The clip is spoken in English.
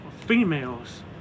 females